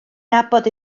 nabod